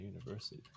University